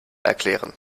erklären